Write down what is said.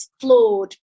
flawed